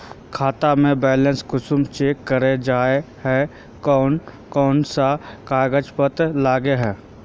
खाता में बैलेंस कुंसम चेक करे जाय है कोन कोन सा कागज पत्र लगे है?